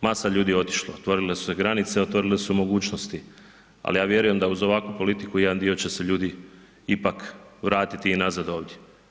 Masa ljudi je otišlo, otvorile su se granice, otvorile se mogućnosti, ali ja vjerujem da uz ovakvu politiku jedan dio će se ljudi ipak vratiti i nazad ovdje.